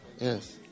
Yes